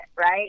right